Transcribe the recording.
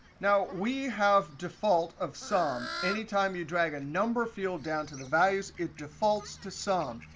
now, we have default of sum. anytime you drag a number field down to the values, it defaults to sum.